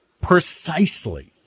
precisely